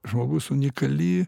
žmogus unikali